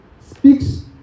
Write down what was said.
speaks